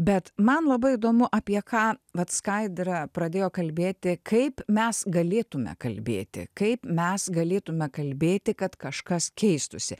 bet man labai įdomu apie ką vat skaidra pradėjo kalbėti kaip mes galėtume kalbėti kaip mes galėtume kalbėti kad kažkas keistųsi